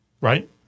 right